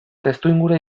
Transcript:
testuingurua